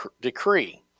decree